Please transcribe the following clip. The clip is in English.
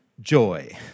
joy